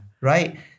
right